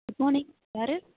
good morning யார்